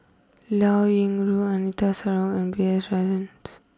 Liao Yingru Anita Sarawak and B S Rajhans